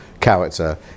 character